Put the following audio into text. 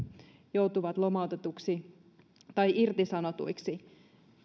joutuvat lomautetuiksi tai irtisanotuiksi